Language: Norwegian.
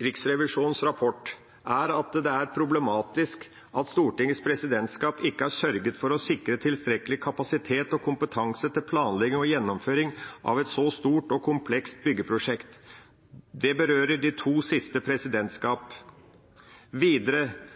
Riksrevisjonens rapport er at det er problematisk at Stortingets presidentskap ikke har sørget for å sikre tilstrekkelig kapasitet og kompetanse til planlegging og gjennomføring av et så stort og komplekst byggeprosjekt. Det berører de to siste presidentskap. Videre